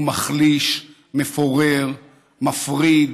הוא מחליש, מפורר, מפריד,